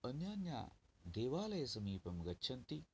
अन्यान्यदेवालयसमीपं गच्छन्ति